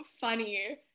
funny